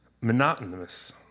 monotonous